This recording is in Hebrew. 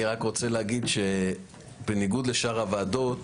אני רק רוצה להגיד שבניגוד לשאר הוועדות